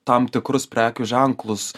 tam tikrus prekių ženklus